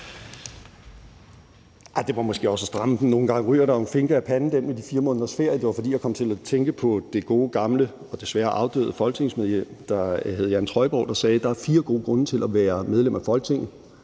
Det var måske også at stramme den. Nogle gange ryger der jo en finke af panden. Det med de 4 måneders ferie var, fordi jeg kom til at tænke på det gode gamle og desværre afdøde folketingsmedlem Jan Trøjborg, der sagde, at der er fire gode grunde til at være medlem af Folketinget,